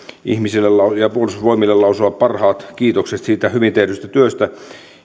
ihmisille ja puolustusvoimille lausua parhaat kiitokset hyvin tehdystä työstä